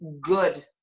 good